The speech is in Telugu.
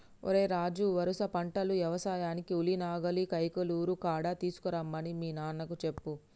ఓరై రాజు వరుస పంటలు యవసాయానికి ఉలి నాగలిని కైకలూరు కాడ తీసుకురమ్మని మీ నాన్నకు చెప్పు